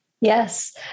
yes